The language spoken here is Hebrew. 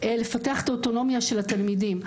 לפתח את האוטונומיה של התלמידים,